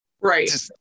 Right